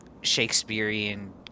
Shakespearean